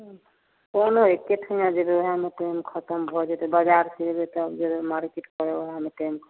बोलै केथीमे जेबै ओहेमे टाइम खतम भऽ जेतै बजारसँ एबै तब जेबै मार्केट करऽ ओहेमे टाइम